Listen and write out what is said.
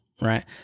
right